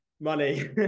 money